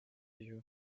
you